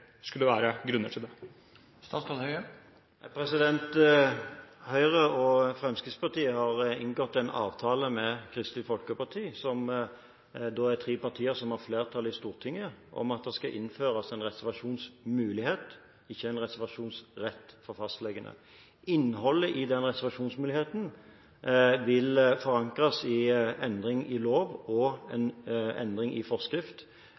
skulle være grunner til det? Høyre og Fremskrittspartiet har inngått en avtale med Kristelig Folkeparti, som er tre partier som har flertall i Stortinget, om at det skal innføres en reservasjonsmulighet, ikke en reservasjonsrett, for fastlegene. Innholdet i den reservasjonsmuligheten vil forankres i endring i lov og endring i forskrift.